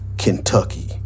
Kentucky